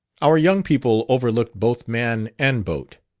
our young people overlooked both man and boat.